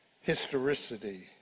historicity